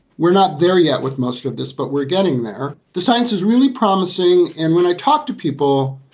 we're not there yet with most of this, but we're getting there. the science is really promising. and when i talk to people,